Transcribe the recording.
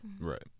right